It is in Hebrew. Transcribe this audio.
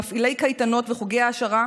מפעילי קייטנות וחוגי העשרה,